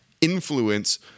influence